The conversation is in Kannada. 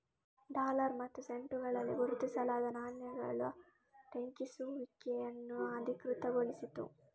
ಡಾಲರ್ ಮತ್ತು ಸೆಂಟುಗಳಲ್ಲಿ ಗುರುತಿಸಲಾದ ನಾಣ್ಯಗಳ ಟಂಕಿಸುವಿಕೆಯನ್ನು ಅಧಿಕೃತಗೊಳಿಸಿತು